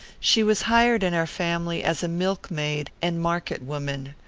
she was hired in our family as milkmaid and market-woman.